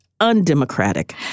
undemocratic